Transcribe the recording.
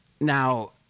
Now